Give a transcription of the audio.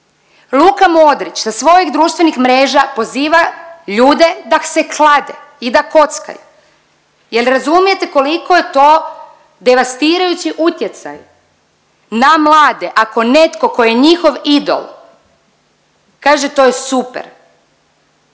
Luka Modrić sa svojih društvenih mjera poziva ljude da se klade i da kockaju, jel razumijete koliko je to devastirajući utjecaj na mlade, ako netko tko je njihov idol kaže to je super,